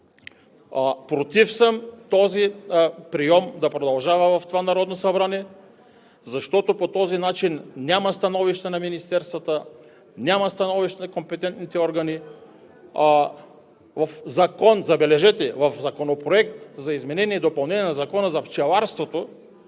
Против съм този прийом да продължава в това Народно събрание, защото по този начин няма становища на министерствата, няма становища на компетентните органи. В закон, забележете, в Законопроект за изменение и допълнение на Закона за пчеларството